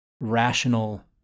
rational